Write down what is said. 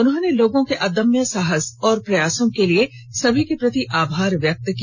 उन्होंने लोगों के अदम्य साहस और प्रयासों के लिए सभी के प्रति आभार व्यक्त किया